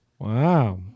Wow